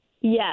Yes